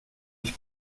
mich